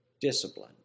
discipline